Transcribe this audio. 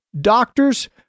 doctors